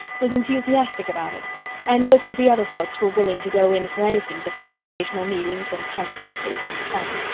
was enthusiastic about it and most of the other folks were willing to go in for anything that meant occasional meetings and consequently some fun.